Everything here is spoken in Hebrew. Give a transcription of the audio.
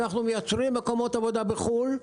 אנחנו מייצרים מקומות עבודה בחו"ל,